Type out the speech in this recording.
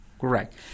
Correct